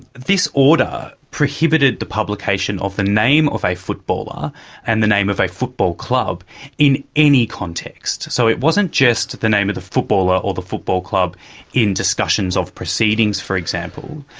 this order prohibited the publication of the name of a footballer and the name of a football club in any context. so it wasn't just the name of the footballer or or the football club in discussions of proceedings, for example,